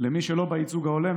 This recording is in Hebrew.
למי שלא בייצוג הולם,